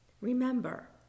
Remember